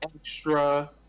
extra